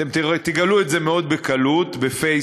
אתם תגלו את זה מאוד בקלות בפייסבוק,